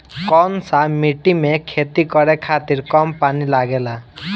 कौन सा मिट्टी में खेती करे खातिर कम पानी लागेला?